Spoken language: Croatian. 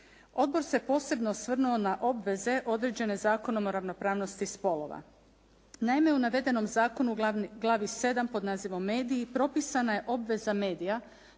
Odbor se posebno osvrnuo na obveze određene Zakonom o ravnopravnosti spolova. Naime, u navedenom zakonu glavi 7. pod nazivom "Mediji" propisana je obveza medija